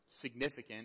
significant